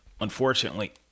unfortunately